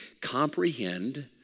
comprehend